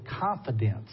confidence